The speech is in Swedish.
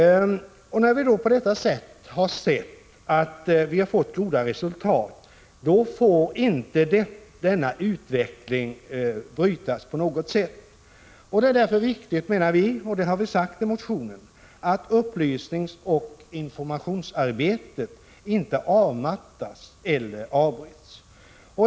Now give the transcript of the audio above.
När vi på detta sätt har sett att vi har fått goda resultat, då får inte denna utveckling på något sätt brytas. Det är därför viktigt, och det har vi sagt i motionen, att upplysningsoch informationsarbetet inte avmattas eller avbryts.